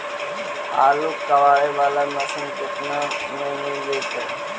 आलू कबाड़े बाला मशीन केतना में मिल जइतै?